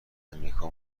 امریکا